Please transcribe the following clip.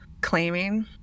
claiming